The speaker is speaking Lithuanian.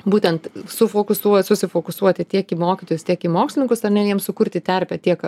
būtent sufokusuo susifokusuoti tiek į mokytojus tiek į mokslininkus ar ne jiems sukurti terpę tiek